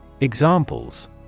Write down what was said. Examples